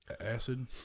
acid